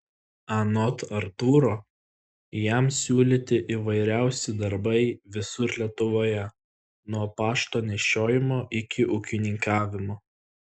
anot artūro jam siūlyti įvairiausi darbai visur lietuvoje nuo pašto nešiojimo iki ūkininkavimo